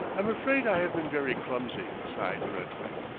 i'm afraid i have been very clumsy, sighed brentwick,